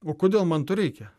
o kodėl man to reikia